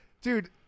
Dude